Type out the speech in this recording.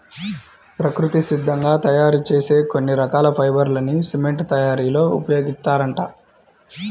ప్రకృతి సిద్ధంగా తయ్యారు చేసే కొన్ని రకాల ఫైబర్ లని సిమెంట్ తయ్యారీలో ఉపయోగిత్తారంట